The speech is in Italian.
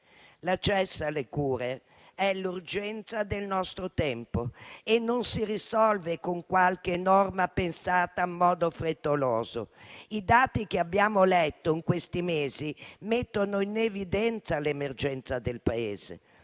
L'accesso alle cure è l'urgenza del nostro tempo e non si risolve con qualche norma pensata in modo frettoloso. I dati che abbiamo letto in questi mesi mettono in evidenza l'emergenza del Paese.